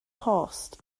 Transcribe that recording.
post